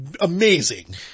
amazing